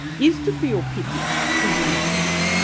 is to feel pity for humanity,